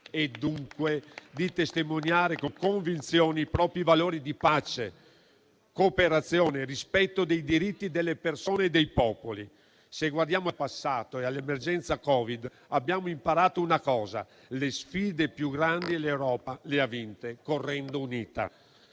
e dunque di testimoniare con convinzione i propri valori di pace, cooperazione, rispetto dei diritti delle persone e dei popoli. Se guardiamo al passato e all'emergenza Covid, abbiamo imparato una cosa: le sfide più grandi l'Europa le ha vinte correndo unita.